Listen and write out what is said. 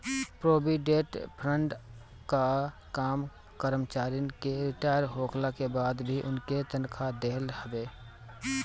provident fund कअ काम करमचारिन के रिटायर होखला के बाद भी उनके तनखा देहल हवे